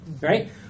right